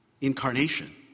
incarnation